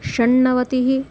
षण्णवतिः